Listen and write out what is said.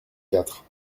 quatre